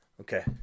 Okay